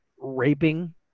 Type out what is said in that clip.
raping